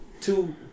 two